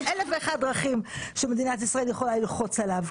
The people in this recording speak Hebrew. יש אלף ואחת דרכים שמדינת ישראל יכולה ללחוץ עליו.